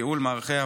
ייעול מערכי האבטחה.